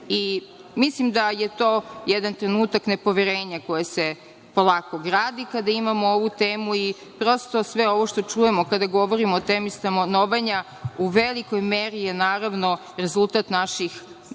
ruke. Mislim da je to jedan trenutak nepoverenja koje se polako gradi, kada imamo ovu temu i prosto sve ovo što čujemo kada govorimo o temi stanovanja u velikoj meri je, naravno, rezultat naših,